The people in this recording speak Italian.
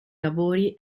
lavori